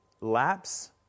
lapse